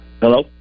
Hello